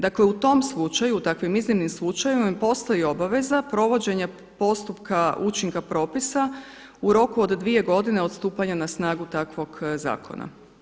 Dakle, u tom slučaju, takvim iznimnim slučajevima postoji obaveza provođenja postupka učinka propisa u roku od 2 godine od stupanja na snagu takvog zakona.